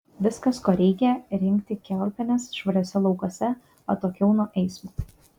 viskas ko reikia rinkti kiaulpienes švariuose laukuose atokiau nuo eismo